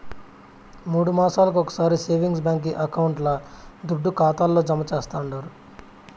మూడు మాసాలొకొకసారి సేవింగ్స్ బాంకీ అకౌంట్ల దుడ్డు ఖాతాల్లో జమా చేస్తండారు